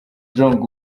jong